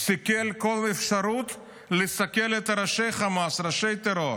סיכל כל אפשרות לסכל את ראשי החמאס, ראשי הטרור.